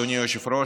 אדוני היושב-ראש,